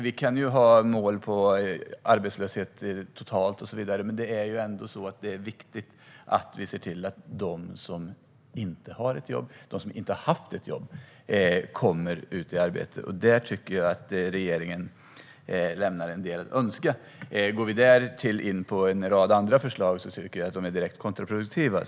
Vi kan ha mål om arbetslösheten totalt och så vidare, men det är viktigt att vi ser till att de som inte har ett jobb och de som inte har haft ett jobb kommer ut i arbete. Där tycker jag att regeringen lämnar en del att önska. En rad andra förslag tycker jag är direkt kontraproduktiva.